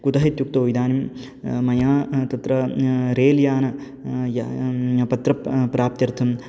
कुतः इत्युक्तौ इदानीं मया तत्र रेल् यान पत्र प्राप्त्यर्थं